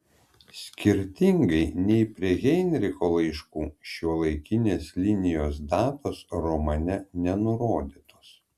skirtingai nei prie heinricho laiškų šiuolaikinės linijos datos romane nenurodytos